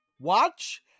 watch